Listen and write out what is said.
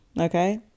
Okay